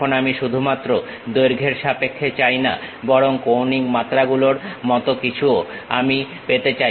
এখন আমি শুধুমাত্র দৈর্ঘ্যের সাপেক্ষে চাইনা বরং কৌণিক মাত্রা গুলোর মত কিছুও আমি পেতে চাই